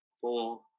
four